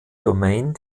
domain